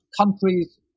countries